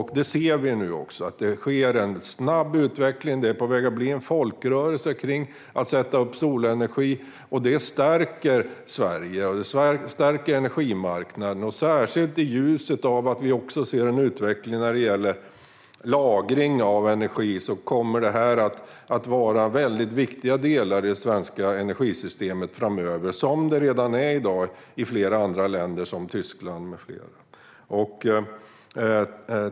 Vi ser nu också att det är en snabb utveckling. Att sätta upp solceller håller på att bli en folkrörelse, och det stärker Sverige och energimarknaden. Särskilt i ljuset av att vi också ser en utveckling när det gäller lagring av energi kommer detta att vara en väldigt viktig del i det svenska energisystemet framöver, vilket det redan i dag är i flera andra länder, som Tyskland med flera.